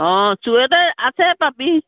অঁ চুৱেটাৰ আছে পাবি